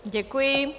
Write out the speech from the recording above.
Děkuji.